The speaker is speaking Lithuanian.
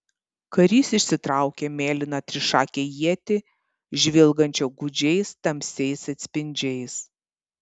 karys išsitraukė mėlyną trišakę ietį žvilgančią gūdžiais tamsiais atspindžiais